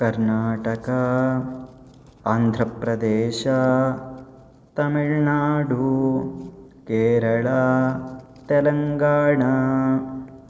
कर्नाटका आन्ध्रप्रदेशः तमिळ्नाडु केरळा तेलङ्गाणा